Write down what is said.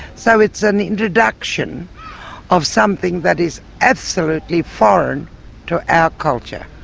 so it's an introduction of something that is absolutely foreign to our culture.